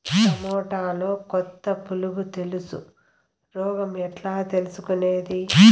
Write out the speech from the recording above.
టమోటాలో కొత్త పులుగు తెలుసు రోగం ఎట్లా తెలుసుకునేది?